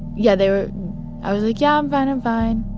yeah, they were i was like, yeah. i'm fine. i'm fine.